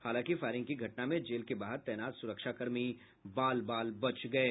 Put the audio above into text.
हालांकि फायरिंग की घटना में जेल के बाहर तैनात सुरक्षाकर्मी बाल बाल बच गये